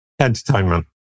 Entertainment